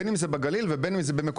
בין אם זה בגליל ובין אם זה במקומות